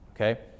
Okay